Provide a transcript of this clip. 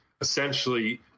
essentially